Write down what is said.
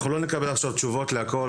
אנחנו לא נקבל עכשיו תשובות לכול,